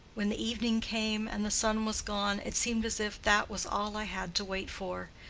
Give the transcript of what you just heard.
when the evening came and the sun was gone, it seemed as if that was all i had to wait for.